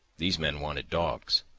these men wanted dogs,